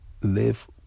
live